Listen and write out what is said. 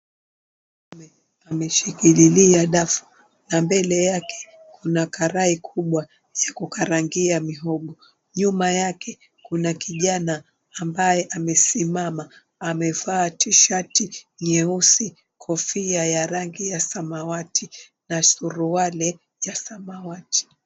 Ameshikililia dafu na mbele yake kuna karai kubwa ya kukarangia mihogo, Nyuma yake kuna kijana ambaye amesimama amevaa tishati nyeusi, kofia ya rangi ya samawati na suruali ya samawati.